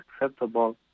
acceptable